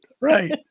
Right